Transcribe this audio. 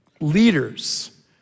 leaders